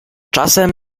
czasem